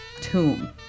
tomb